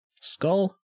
skull